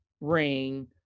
ring